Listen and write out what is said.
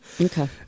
Okay